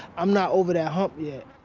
i'm not over there hump yet.